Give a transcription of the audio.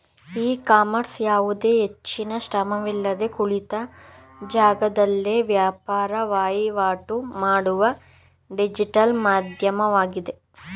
E commerce ಯಾವುದೇ ಹೆಚ್ಚಿನ ಶ್ರಮವಿಲ್ಲದೆ ಕುಳಿತ ಜಾಗದಲ್ಲೇ ವ್ಯಾಪಾರ ವಹಿವಾಟು ಮಾಡುವ ಡಿಜಿಟಲ್ ಮಾಧ್ಯಮವಾಗಿದೆ